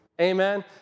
amen